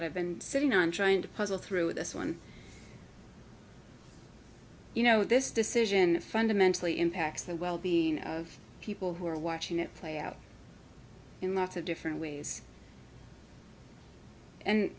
that i've been sitting on trying to puzzle through this one you know this decision fundamentally impacts the well being of people who are watching it play out in lots of different ways and